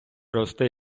росте